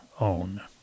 own